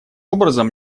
образом